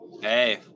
Hey